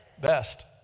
best